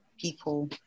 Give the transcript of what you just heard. people